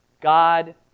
God